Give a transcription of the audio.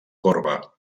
corba